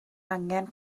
angen